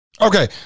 Okay